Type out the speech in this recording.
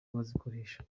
bazikoresha